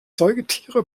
säugetiere